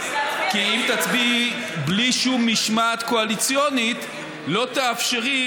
כי אם תצביעי בלי שום משמעת קואליציונית לא תאפשרי